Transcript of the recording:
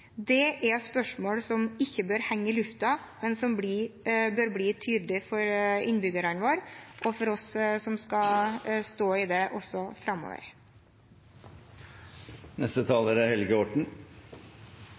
Det er spørsmål som ikke bør henge i luften, men som bør bli tydelige for innbyggerne våre og for oss som skal stå i det også